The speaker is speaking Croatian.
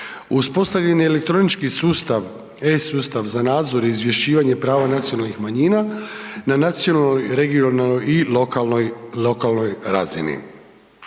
Uspostavljen je elektronički sustav e-Sustav za nadzor i izvješćivanje prava nacionalnih manjina na nacionalnoj, regionalnoj i lokalnoj razini.